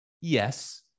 yes